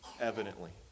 evidently